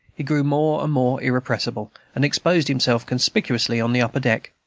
he grew more and more irrepressible, and exposed himself conspicuously on the upper deck.